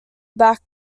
back